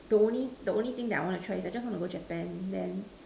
the only the only thing that I want to try is just I want to go to Japan then